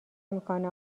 امکان